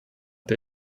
der